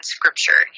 Scripture